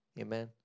Amen